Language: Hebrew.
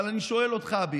אבל אני שואל אותך, אביר,